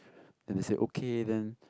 then they said okay then